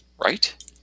Right